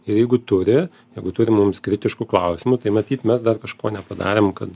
ir jeigu turi jeigu turi mums kritiškų klausimų tai matyt mes dar kažko nepadarėm kad